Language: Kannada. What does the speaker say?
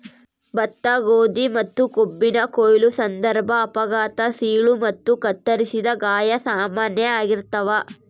ಭತ್ತ ಗೋಧಿ ಮತ್ತುಕಬ್ಬಿನ ಕೊಯ್ಲು ಸಂದರ್ಭ ಅಪಘಾತ ಸೀಳು ಮತ್ತು ಕತ್ತರಿಸಿದ ಗಾಯ ಸಾಮಾನ್ಯ ಆಗಿರ್ತಾವ